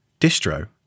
distro